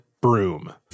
broom